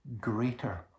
greater